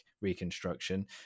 reconstruction